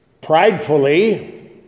pridefully